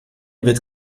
wird